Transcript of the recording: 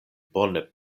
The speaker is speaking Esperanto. bone